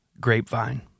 grapevine